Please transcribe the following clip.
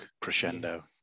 crescendo